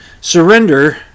Surrender